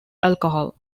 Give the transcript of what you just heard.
alcohol